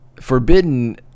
Forbidden